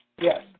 Yes